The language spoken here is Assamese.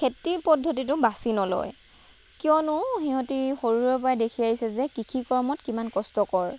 খেতি পদ্ধতিটো বাছি নলয় কিয়নো সিহঁতি সৰুৰে পৰা দেখি আহিছে যে কৃষি কৰ্ম কিমান কষ্টকৰ